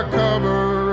cover